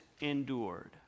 endured